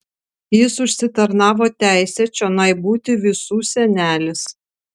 jis užsitarnavo teisę čionai būti visų senelis